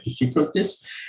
difficulties